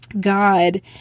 God